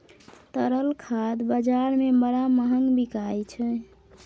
तरल खाद बजार मे बड़ महग बिकाय छै